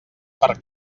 per